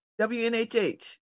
WNHH